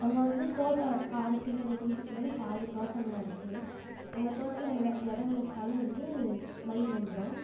அங்கே வந்து தோட்டம் காடு பின்னாடி எங்கள் வீட்டுக்கு பின்னாடி காடு தோட்டம் எல்லாம் இருக்கு அங்கே தோட்டல எதை வெளச்சாலும் வந்து மயில் வந்துரும்